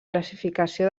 classificació